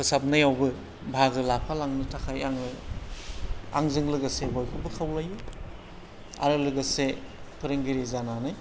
फोसाबनायावबो बाहागो लाफालांनो थाखाय आङो आंजों लोगोसे बयखौबो खावलायो आरो लोगोसे फोरोंगिरि जानानै